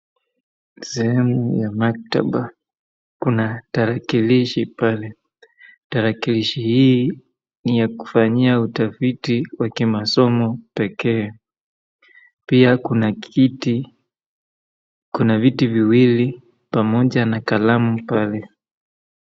Sehemu ya maktaba. Kuna tarakilishi pale. Tarakilishi hii ni ya kufanyia utafiti wa kimasomo pekee. Pia kuna viti viwili pamoja na kalamu pale.